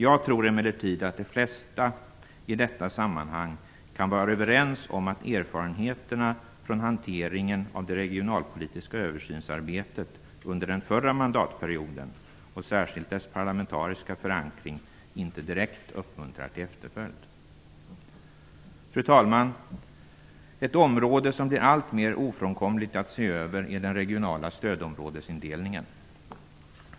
Jag tror emellertid att de flesta i detta sammanhang kan vara överens om att erfarenheterna från hanteringen av det regionalpolitiska översynsarbetet under den förra mandatperioden och särskilt dess parlamentariska förankring inte direkt uppmuntrar till efterföljd. Fru talman! Ett område som det blir ofrånkomligt att se över är den regionala stödområdesindelningen.